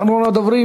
אחרון הדוברים,